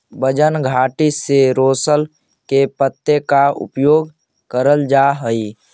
वजन घटाने में सोरल के पत्ते का उपयोग करल जा हई?